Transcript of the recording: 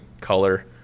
Color